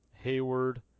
Hayward